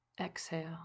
Exhale